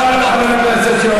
למה הוא ירד לגמרי מהפסים,